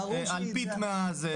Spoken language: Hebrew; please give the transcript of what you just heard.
אלפית מזה,